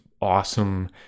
awesome